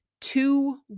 two